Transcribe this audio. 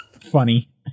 funny